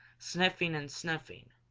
sniffing and sniffing.